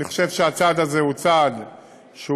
אני חושב שהצעד הזה הוא צעד משלים,